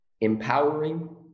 empowering